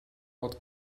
what